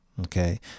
Okay